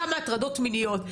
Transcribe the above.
כמה הטרדות מיניות,